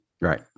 Right